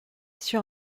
sur